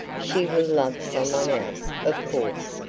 she will love some one else, of course,